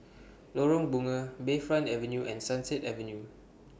Lorong Bunga Bayfront Avenue and Sunset Avenue